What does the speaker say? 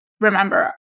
remember